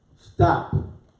Stop